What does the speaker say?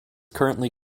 currently